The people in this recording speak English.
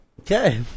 Okay